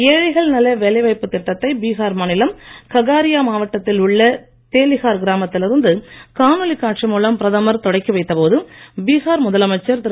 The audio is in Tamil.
ஏழைகள் நல வேலைவாய்ப்பு திட்டத்தை பீஹார் மாநிலம் ககாரியா மாவட்டத்தில் உள்ள தேலிஹார் கிராமத்தில் இருந்து காணொலி காட்சி மூலம் பிரதமர் தொடக்கி வைத்த போது பீஹார் முதலமைச்சர் திரு